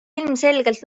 ilmselgelt